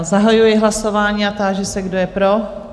Zahajuji hlasování a táži se, kdo je pro?